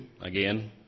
again